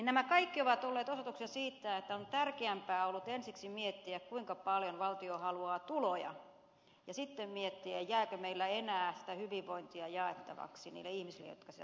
nämä kaikki ovat olleet osoituksia siitä että on tärkeämpää ollut ensiksi miettiä kuinka paljon valtio haluaa tuloja ja sitten miettiä jääkö meille enää sitä hyvinvointia jaettavaksi niille ihmisille jotka sitä tarvitsevat